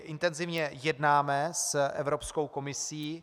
Intenzivně jednáme s Evropskou komisí.